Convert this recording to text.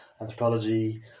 anthropology